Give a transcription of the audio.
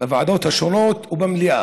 בוועדות השונות ובמליאה.